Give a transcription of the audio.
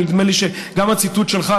נדמה לי שגם הציטוט שלך,